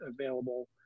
available